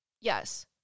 Yes